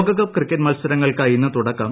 ലോകകപ്പ് ക്രിക്കറ്റ് മത്സരങ്ങൾക്ക് ഇന്ന് തുടക്കം